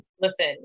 Listen